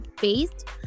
based